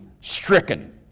stricken